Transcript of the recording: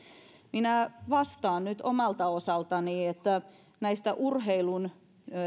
minä vastaan nyt omalta osaltani että näistä urheilun